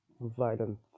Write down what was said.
Violent